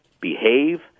behave